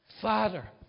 Father